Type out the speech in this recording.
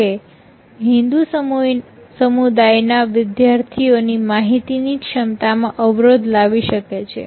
જે હિન્દૂ સમુદાયના વિધાર્થીઓ ની માહિતીની ક્ષમતામાં અવરોધ લાવી શકે છે